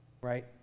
Right